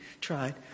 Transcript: tried